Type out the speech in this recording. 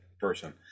person